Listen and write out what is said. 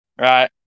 Right